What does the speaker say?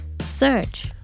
Search